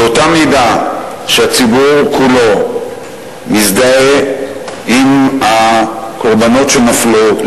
באותה מידה שהציבור כולו יזדהה עם הקורבנות שנפלו,